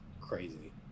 crazy